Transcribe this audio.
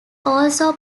also